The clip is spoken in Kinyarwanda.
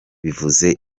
bivuze